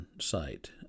site